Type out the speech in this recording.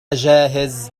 جاهز